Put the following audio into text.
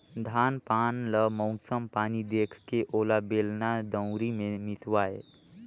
धान पान ल मउसम पानी देखके ओला बेलना, दउंरी मे मिसवाए